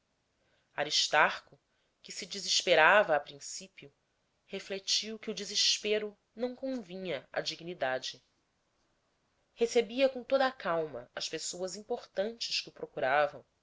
aristarco que se desesperava a principio refletiu que o desespero não convinha à dignidade recebia com toda a calma as pessoas importantes que o procuravam